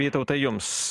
vytautai jums